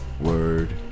word